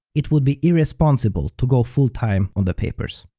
it would be irresponsible to go full time on the papers.